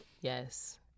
Yes